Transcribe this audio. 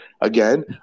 again